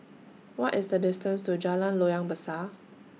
What IS The distance to Jalan Loyang Besar